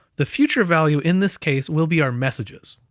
the future value in this case will be our messages.